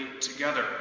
together